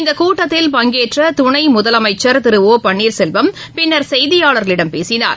இந்தகூட்டத்தில் பங்கேற்றதுணைமுதலமைச்சர் திருஒபன்னீர்செல்வம் பின்னர் செய்தியாளர்களிடம் பேசினார்